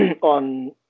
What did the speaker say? on